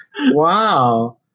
wow